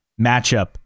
matchup